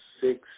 six